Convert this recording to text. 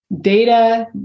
data